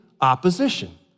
opposition